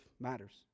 matters